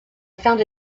found